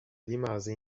rimase